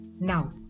Now